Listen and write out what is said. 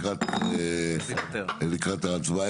לקראת ההצבעה,